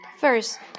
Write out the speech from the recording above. First